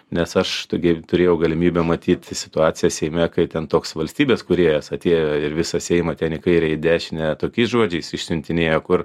nes aš gi turėjau galimybę matyti situaciją seime kai ten toks valstybės kūrėjas atėjo ir visą seimą ten į kairę į dešinę tokiais žodžiais išsiuntinėja kur